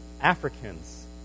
Africans